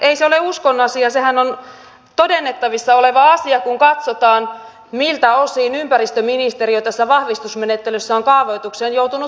ei se ole uskon asia sehän on todennettavissa oleva asia kun katsotaan miltä osin ympäristöministeriö tässä vahvistusmenettelyssä on kaavoitukseen joutunut puuttumaan